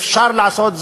אפשר לעשות זאת,